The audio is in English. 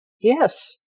yes